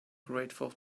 grateful